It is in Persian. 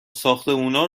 ساختمونا